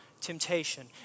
temptation